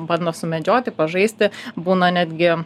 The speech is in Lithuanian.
bando sumedžioti pažaisti būna netgi